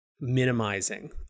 minimizing